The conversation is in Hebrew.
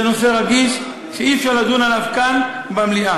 זה נושא רגיש, שאי-אפשר לדון עליו כאן במליאה.